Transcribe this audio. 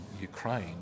ukraine